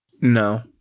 No